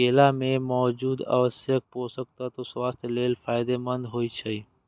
केला मे मौजूद आवश्यक पोषक तत्व स्वास्थ्य लेल फायदेमंद होइ छै